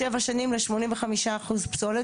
שבע שנים ל-85 אחוז פסולת,